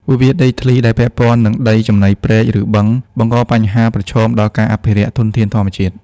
វិវាទដីធ្លីដែលពាក់ព័ន្ធនឹងដីចំណីព្រែក ឬបឹង បង្កបញ្ហាប្រឈមដល់ការអភិរក្សធនធានធម្មជាតិ។